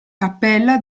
cappella